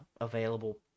available